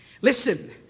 Listen